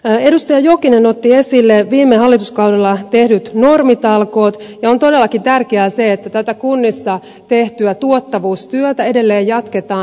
edustaja jokinen otti esille viime hallituskaudella tehdyt normitalkoot ja on todellakin tärkeää se että tätä kunnissa tehtyä tuottavuustyötä edelleen jatketaan